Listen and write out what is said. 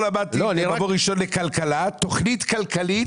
מה שהיא אומרת עכשיו, זאת לא תכנית כלכלית